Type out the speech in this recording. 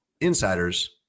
insiders